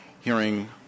hearing